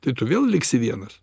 tai tu vėl liksi vienas